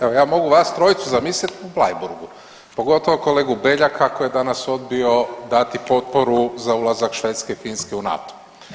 Evo ja mogu vas trojicu zamisliti u Bleiburgu, pogotovo kolegu Beljaka koji je danas odbio dati potporu za ulazak Švedske i Finske u NATO.